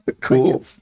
Cool